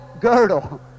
girdle